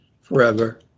forever